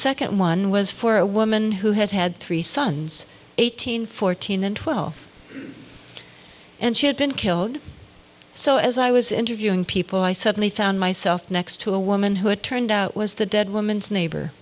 second one was for a woman who had had three sons eighteen fourteen and twelve and she had been killed so as i was interviewing people i suddenly found myself next to a woman who it turned out was the dead woman's neighbor